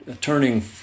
turning